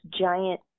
giant